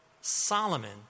Solomon